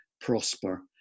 prosper